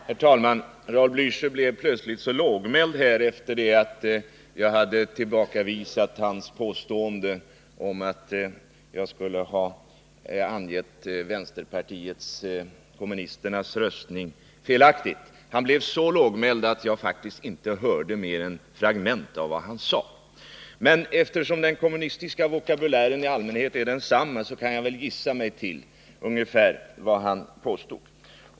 Herr talman! Raul Blöcher blev plötsligt så lågmäld efter det att jag hade tillbakavisat hans påstående om att jag skulle ha haft fel beträffande vänsterpartiet kommunisternas röstning! Han blev så lågmäld att jag faktiskt inte hörde mer än fragment av vad han sade. Men eftersom den kommunistiska vokabulären i allmänhet är densamma kan jag gissa mig till ungefär vad han påstod.